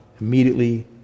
immediately